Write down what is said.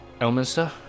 Elminster